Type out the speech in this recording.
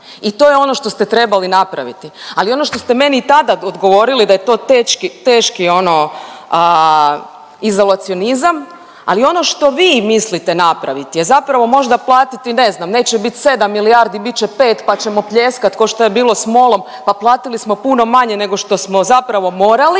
I to je ono što ste trebali napraviti. Ali ono što ste meni i tada odgovorili, da je to teški ono izolacionizam. Ali ono što vi mislite napravit je zapravo možda platiti ne znam, neće bit 7 milijardi, bit će 5 pa ćemo pljeskat kao što je bilo s MOL-om. Pa platili smo puno manje nego što smo zapravo morali.